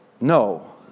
No